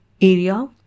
area